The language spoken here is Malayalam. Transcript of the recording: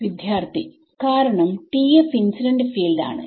വിദ്യാർത്ഥി കാരണം TF ഇൻസിഡന്റ് ഫീൽഡ് ആണ്